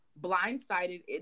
blindsided